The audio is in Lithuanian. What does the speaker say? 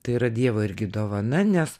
tai yra dievo irgi dovana nes